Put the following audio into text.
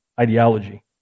ideology